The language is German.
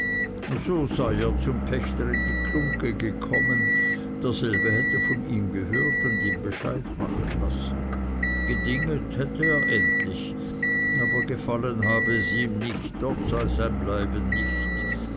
zum pächter in die glungge gekommen derselbe hätte von ihm gehört und ihm bescheid machen lassen gedinget hätte er endlich aber gefallen habe es ihm nicht dort sei sein bleiben nicht